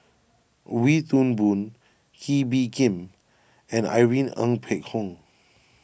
Wee Toon Boon Kee Bee Khim and Irene Ng Phek Hoong